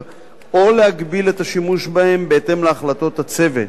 או להגביל את השימוש בהם בהתאם להחלטות הצוות.